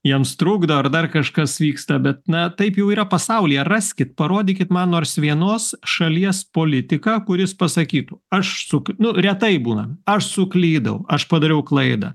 jiems trukdo ar dar kažkas vyksta bet na taip jau yra pasaulyje raskit parodykit man nors vienos šalies politiką kuris pasakytų aš suk nu retai būna aš suklydau aš padariau klaidą